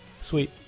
sweet